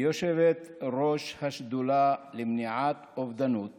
ואת יושבת-ראש השדולה למניעת אובדנות